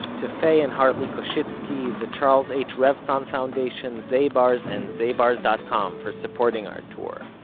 to faye and hartley koschitzsky, the charles h. revson foundation, zabar's and zabars dot com for supporting our tour.